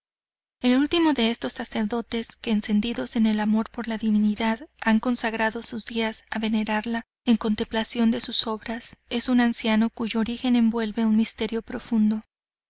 el ultimo de estos sacerdotes que encendidos en amor por la divinidad han consagrado sus días a venerarla en contemplación de sus obras es un anciano cuyo origen envuelve un misterio profundo